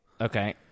Okay